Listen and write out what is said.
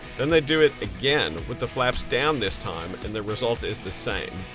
then they do it again with the flaps down this time and the result is the same.